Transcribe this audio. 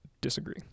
disagree